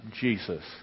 Jesus